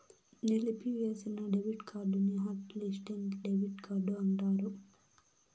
నిలిపివేసిన డెబిట్ కార్డుని hot listing debit card అంటారు